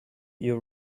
you